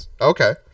Okay